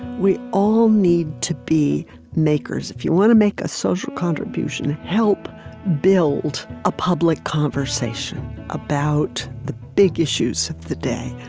we all need to be makers. if you want to make a social contribution and help build a public conversation about the big issues of the day,